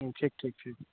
হুম ঠিক ঠিক ঠিক